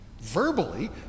verbally